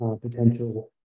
potential